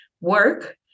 work